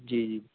جی جی